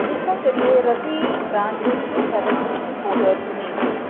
किरपा करियै रवि ब्रांड दे ब्लू हैवन फिनिशिंग पौडर नेईं भेजो